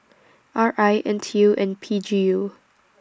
R I N T U and P G U